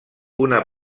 una